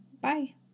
Bye